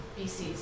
BC's